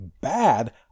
bad